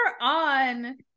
on